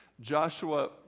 Joshua